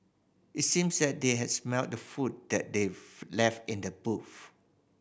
it seemed that they had smelt the food that they left in the boot